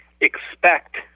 expect